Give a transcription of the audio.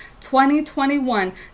2021